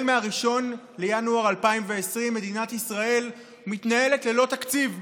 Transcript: מ-1 בינואר 2020, מדינת ישראל מתנהלת ללא תקציב.